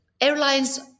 airlines